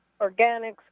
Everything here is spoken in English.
organics